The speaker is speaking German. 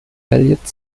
elliott